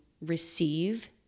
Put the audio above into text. receive